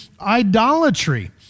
Idolatry